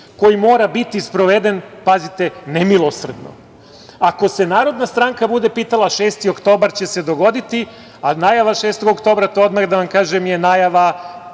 koji mora biti sproveden, pazite, nemilosrdno. Ako se Narodna stranka bude pitala 6. oktobar će se dogoditi, a najava 6. oktobra, to odmah da vam kažem je najava